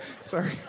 sorry